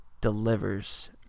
Delivers